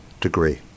degree